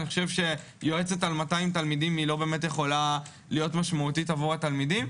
יועצת על 200 תלמידים לא יכולה באמת להיות משמעותית עבור התלמידים,